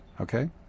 Okay